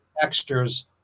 textures